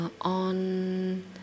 on